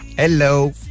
Hello